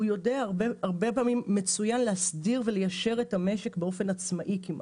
הוא יודע הרבה פעמים מצוין להסדיר וליישר את המשק באופן עצמאי כמעט.